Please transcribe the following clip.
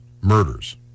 murders